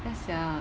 ya sia